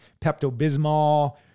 Pepto-Bismol